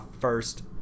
first